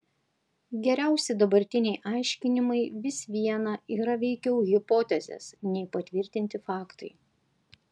geriausi dabartiniai aiškinimai vis viena yra veikiau hipotezės nei patvirtinti faktai